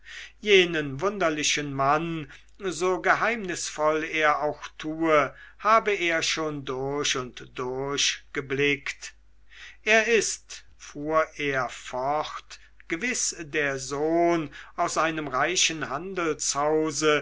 jenen wunderlichen mann so geheimnisvoll er auch tue habe er schon durch und durch geblickt er ist fuhr er fort gewiß der sohn aus einem reichen handelshause